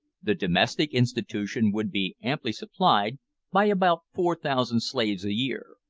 the domestic institution would be amply supplied by about four thousand slaves a year.